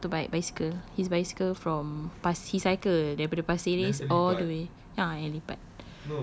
no it's not motorbike bicycle his bicycle from pas~ he cycle daripada pasir ris all the way ah yang lipat